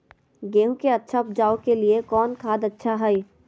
गेंहू के अच्छा ऊपज के लिए कौन खाद अच्छा हाय?